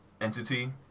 entity